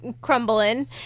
crumbling